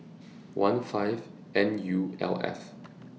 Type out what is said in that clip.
one five N U L F